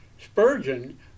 Spurgeon